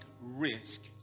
risk